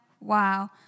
Wow